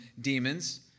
demons